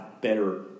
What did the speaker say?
better